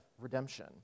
redemption